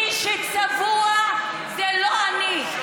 מי שצבוע זה לא אני.